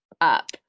up